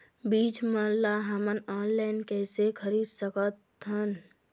बीज मन ला हमन ऑनलाइन कइसे खरीद सकथन?